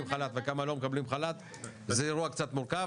חל"ת וכמה לא מקבלים חל"ת זה אירוע קצת מורכב,